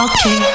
Okay